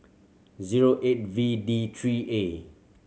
zero eight V D three A